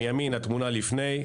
מימין התמונה לפני,